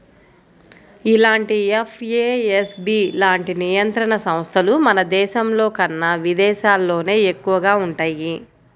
ఇలాంటి ఎఫ్ఏఎస్బి లాంటి నియంత్రణ సంస్థలు మన దేశంలోకన్నా విదేశాల్లోనే ఎక్కువగా వుంటయ్యి